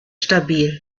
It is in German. stabil